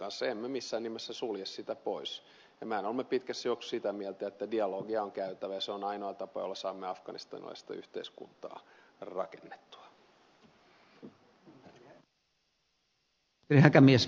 emme missään nimessä sulje sitä pois ja me olemme pitkässä juoksussa sitä mieltä että dialogia on käytävä ja se on ainoa tapa millä saamme afganistanilaista yhteiskuntaa rakennettua